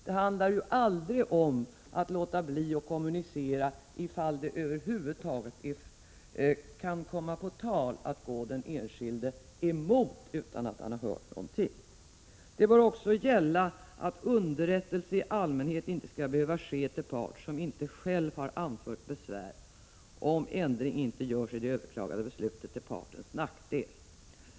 Det handlar ju aldrig om att låta bli att kommunicera, ifall det över huvud taget kan komma på tal att gå den enskilde emot utan att han har hört någonting. Det bör också gälla att underrättelse i allmänhet inte skall behöva ske till part som inte själv har anfört besvär, om ändring inte görs i det överklagade beslutet till partens nackdel.